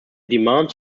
demands